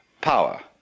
power